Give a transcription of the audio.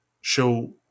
show